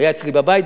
הוא היה אצלי בבית,